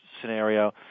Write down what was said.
scenario